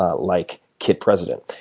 ah like kid president.